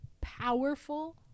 powerful